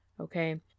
okay